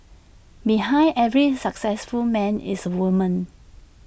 behind every successful man is A woman